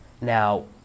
Now